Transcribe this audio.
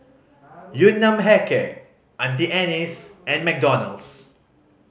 Yun Nam Hair Care Auntie Anne's and McDonald's